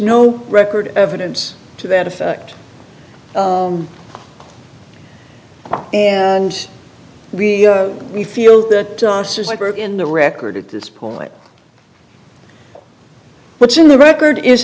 no record evidence to that effect and we we feel that in the record at this point what's in the record is